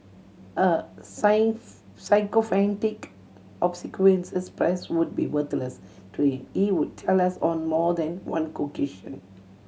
a sycophantic obsequious press would be worthless to him he would tell us on more than one occasion